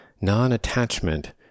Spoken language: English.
Non-attachment